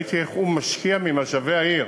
ראיתי איך הוא משקיע ממשאבי העיר